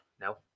No